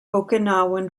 okinawan